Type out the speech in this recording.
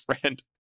friend